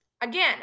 again